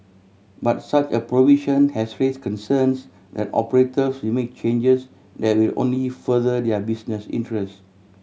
but such a provision has raise concerns that operators will make changes that will only if further their business interest